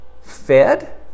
fed